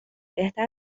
بهتر